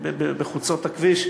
בחוצות הכביש,